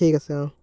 ঠিক আছে অ'